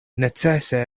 necese